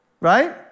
Right